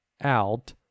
out